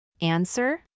Answer